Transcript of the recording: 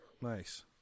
Nice